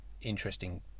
interesting